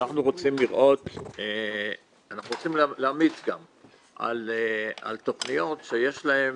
אנחנו רואים להמליץ גם על תכניות שיש להן